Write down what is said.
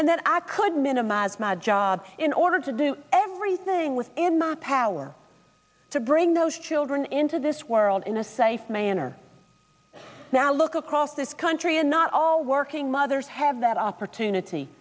and that i could minimize my job in order to do everything within my power to bring those children into this world in a safe manner now look across this country and not all working mothers have that opportunity